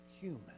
human